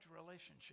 relationship